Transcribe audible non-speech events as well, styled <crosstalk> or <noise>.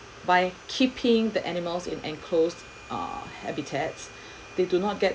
by keeping the animals in enclosed uh habitats <breath> they do not get